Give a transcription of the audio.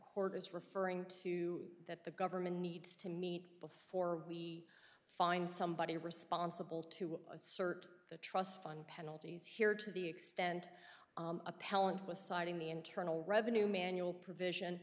court is referring to that the government needs to meet before we find somebody responsible to assert the trust fund penalties here to the extent appellant was citing the internal revenue manual provision